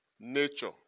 nature